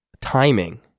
Timing